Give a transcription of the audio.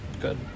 good